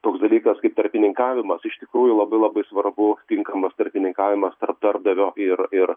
toks dalykas kaip tarpininkavimas iš tikrųjų labai labai svarbu tinkamas tarpininkavimas tarp darbdavio ir ir